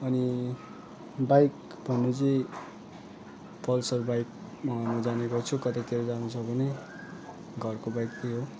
अनि बाइक भन्नु चाहिँ पल्सर बाइकमा जाने गर्छु कतैतिर जानु छ भने घरको बाइक त्यही हो